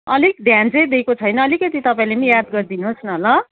अलिक ध्यान चाहिँ दिएको छैन अलिकति तपाईँले पनि याद गरिदिनुहोस् न ल